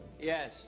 Yes